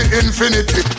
infinity